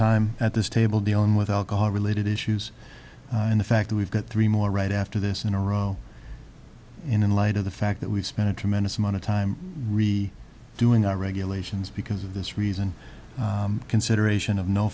time at this table dealing with alcohol related issues and the fact we've got three more right after this in a row in light of the fact that we've spent a tremendous amount of time re doing our regulations because of this reason consideration of no